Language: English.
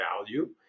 value